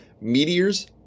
meteors